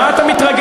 מה אתה מתרגש?